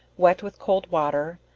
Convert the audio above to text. wet with cold water,